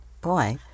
Boy